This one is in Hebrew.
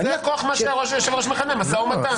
זה כוח שהיושב-ראש מכנה משא ומתן.